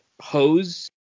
hose